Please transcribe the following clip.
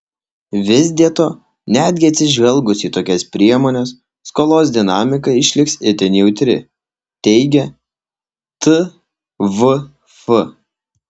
vis dėto netgi atsižvelgus į tokias priemones skolos dinamika išliks itin jautri teigia tvf